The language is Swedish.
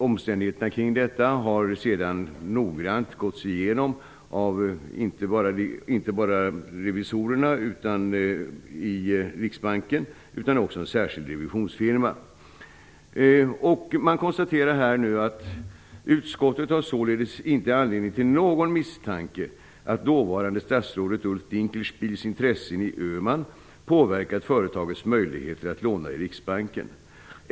Omständigheterna kring detta har noggrant gåtts igenom av inte bara revisorerna i Riksbanken utan också av en särskild revisionfirma. Man konstaterar att utskottet således inte har anledning till någon misstanke om att dåvarande statsrådet Dinkelspiels intressen i Öhman påverkat företagets möjligheter att låna i Riksbanken.